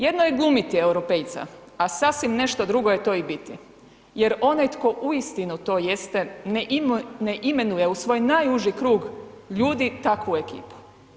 Jedno je glumiti europejca, a sasvim nešto drugo je to i biti, jer onaj tko uistinu to jeste ne imenuje u svoj najuži krug ljudi takvu ekipu.